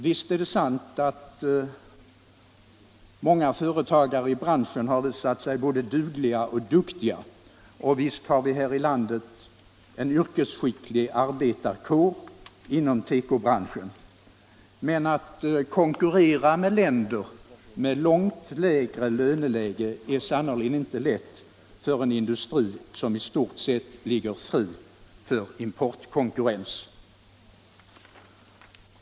Visst är det sant att många företagare i branschen har visat sig både hyggliga och duktiga, och visst har vi här i landet en yrkesskicklig arbetarkår inom tekobranschen, men att konkurrera med länder med långt lägre löneläge är sannerligen inte lätt för en industri som i stort sett ligger fri för importkonkurrens.